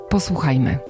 Posłuchajmy